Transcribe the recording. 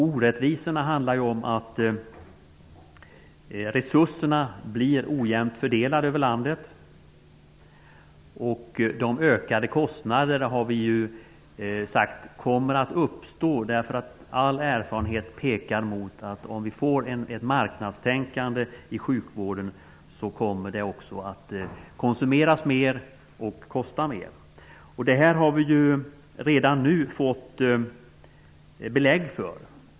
Orättvisorna uppstår eftersom resurserna blir ojämnt fördelade över landet, och all erfarenhet pekar på att kostnaderna kommer att öka med ett marknadstänkande i sjukvården -- det kommer att konsumeras mer och därmed också att kosta mer. Detta har vi redan nu fått belägg för.